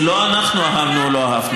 זה לא אנחנו אהבנו או לא אהבנו.